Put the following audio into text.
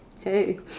Hey